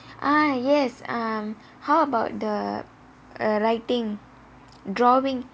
ah yes um how about the err writing drawing